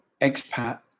expat